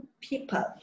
people